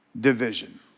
division